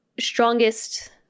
strongest